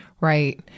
Right